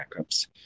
backups